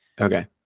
Okay